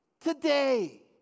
today